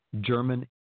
German